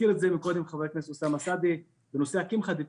הזכיר את זה קודם חבר הכנסת אוסאמה סעדי בנושא הקמחא דפסחא.